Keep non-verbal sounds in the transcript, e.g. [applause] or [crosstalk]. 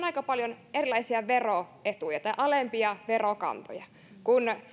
[unintelligible] aika paljon erilaisia veroetuja tai alempia verokantoja kun